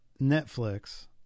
Netflix